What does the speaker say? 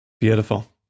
Beautiful